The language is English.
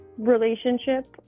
relationship